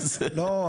לא,